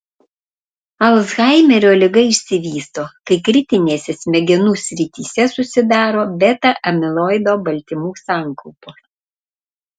alzheimerio liga išsivysto kai kritinėse smegenų srityse susidaro beta amiloido baltymų sankaupos